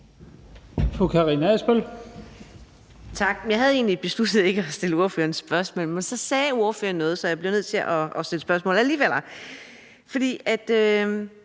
Tak. Jeg havde egentlig besluttet ikke at stille ordføreren et spørgsmål, men så sagde ordføreren noget, så jeg bliver nødt til at stille et spørgsmål alligevel. Som jeg